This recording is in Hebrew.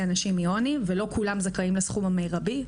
אנשים מעוני ולא כולם זכאים לסכום המרבי,